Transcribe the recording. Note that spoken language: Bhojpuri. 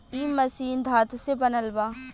इ मशीन धातु से बनल बा